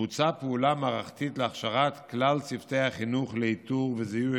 בוצעה פעולה מערכתית להכשרת כלל צוותי החינוך לאיתור ולזיהוי